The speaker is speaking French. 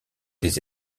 des